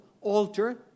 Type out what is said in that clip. alter